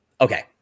Okay